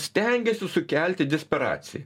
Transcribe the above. stengiasi sukelti desperaciją